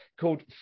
called